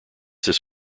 this